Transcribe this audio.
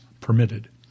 permitted